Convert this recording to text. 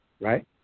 right